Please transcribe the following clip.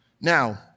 Now